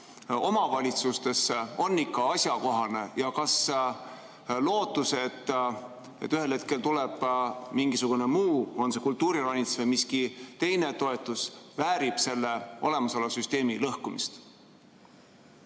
omavalitsustesse on ikka asjakohane ja kas lootus, et ühel hetkel tuleb mingisugune muu meede, on see siis kultuuriranits või miski teine toetus, õigustab olemasoleva süsteemi lõhkumist?